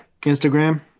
Instagram